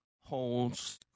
holds